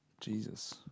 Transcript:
Jesus